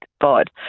God